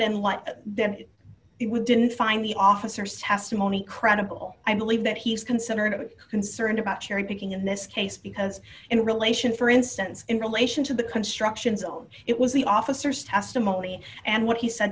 if we didn't find the officers testimony credible i believe that he's considered of concern about cherry picking in this case because in relation for instance in relation to the construction zone it was the officers testimony and what he said